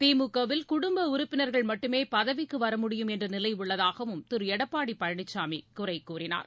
திமுக வில் குடும்பஉறுப்பினர்கள் மட்டுமேபதவிக்குவர முடியும் என்றநிலைடள்ளதாகவும் திருளடப்பாடிபழனிசாமிகுறைகூறினார்